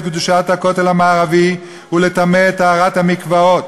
קדושת הכותל המערבי ולטמא את טהרת המקוואות.